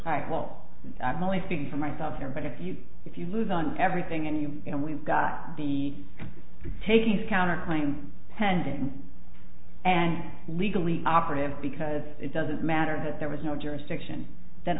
i haul i'm only speaking for myself here but if you if you lose on everything and you know we've got the takings counterclaim pending and legally operative because it doesn't matter that there was no jurisdiction